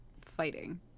fighting